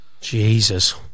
Jesus